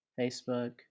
Facebook